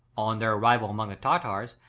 on their arrival among the tartars,